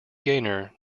gaynor